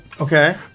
Okay